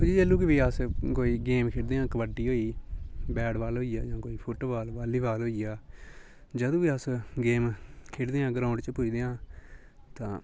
फ्ही जिल्लै बी अस कोई गेम खेढदे आं कबड्डी होई गेई बैट बाल होई गेआ जां कोई फुट बाल वाली बाल होई गेआ जदूं बी अस गेम खेढदे आं ग्राउंड च पुज्जदे आं तां